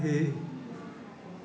नही